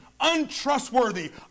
untrustworthy